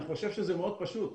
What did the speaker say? אני חושב שזה פשוט מאוד.